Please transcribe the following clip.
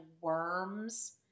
worms